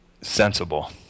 sensible